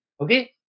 Okay